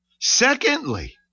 Secondly